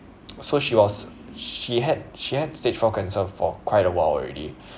so she was she had she had stage four cancer for quite a while already